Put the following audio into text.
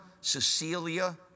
Cecilia